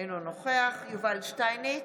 אינו נוכח יובל שטייניץ,